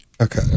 Okay